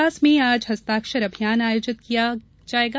देवास में आज हस्ताक्षर अभियान आयोजित किया जायेगा